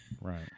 Right